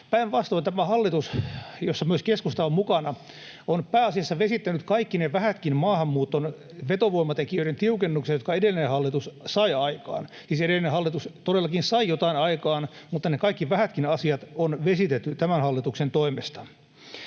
Päinvastoin tämä hallitus, jossa myös keskusta on mukana, on pääasiassa vesittänyt kaikki ne vähätkin maahanmuuton vetovoimatekijöiden tiukennukset, jotka edellinen hallitus sai aikaan — siis edellinen hallitus todellakin sai jotain aikaan, mutta ne kaikki vähätkin asiat on vesitetty tämän hallituksen toimesta.